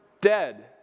dead